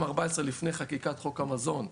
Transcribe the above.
לפני חקיקת חוק המזון,